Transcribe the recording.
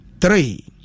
three